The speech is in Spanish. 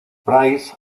price